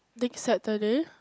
next Saturday